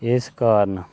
इस कारण